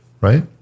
right